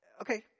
Okay